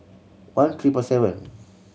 one triple seven